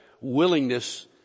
willingness